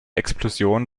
explosion